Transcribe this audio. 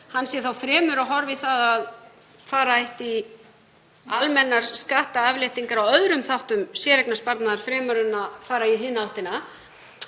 hann sé þá fremur að horfa í að fara ætti í almennar skattaafléttingar á öðrum þáttum séreignarsparnaðar fremur en að fara í hina áttina.